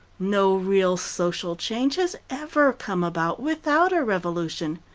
no real social change has ever come about without a revolution.